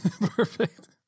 Perfect